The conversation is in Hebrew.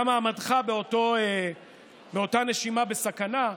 גם מעמדך, באותה נשימה, בסכנה,